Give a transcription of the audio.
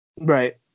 Right